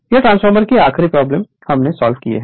यह ट्रांसफार्मर की आखरी प्रॉब्लम हमने सॉल्व किए है